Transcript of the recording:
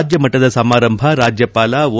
ರಾಜ್ಞಮಟ್ಟದ ಸಮಾರಂಭ ರಾಜ್ಞಪಾಲ ಓ